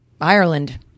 Ireland